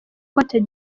cote